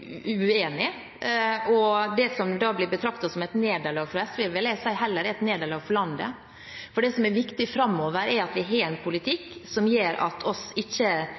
Det som blir betraktet som et nederlag fra SVs side, vil jeg si heller er et nederlag for landet. Det som er viktig framover, er at vi har en politikk som gjør at vi ikke